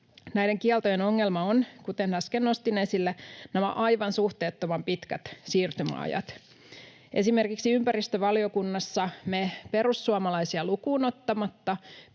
Näiden kieltojen ongelma on, kuten äsken nostin esille, nämä aivan suhteettoman pitkät siirtymäajat. Esimerkiksi ympäristövaliokunnassa me perussuomalaisia lukuun ottamatta